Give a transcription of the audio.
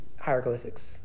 hieroglyphics